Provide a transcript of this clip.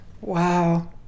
Wow